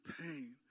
pain